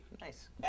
Nice